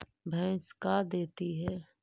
भैंस का देती है?